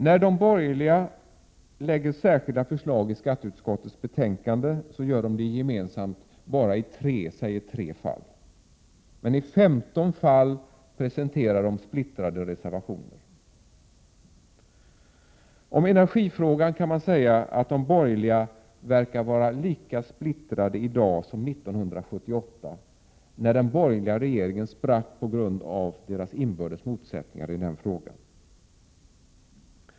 När de borgerliga lägger särskilda förslag i skatteutskottet gör de det gemensamt bara i tre fall, och i femton fall presenterar de splittrade reservationer. Om energifrågan kan man säga att de borgerliga verkar var lika splittrade i dag som 1978, när den borgerliga regeringen sprack på grund av inbördes motsättningar i den frågan.